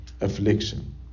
Affliction